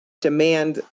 demand